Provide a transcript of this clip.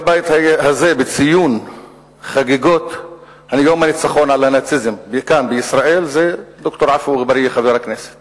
בבית הזה בציון חגיגות יום הניצחון על הנאציזם כאן בישראל זה חבר הכנסת